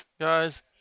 Guys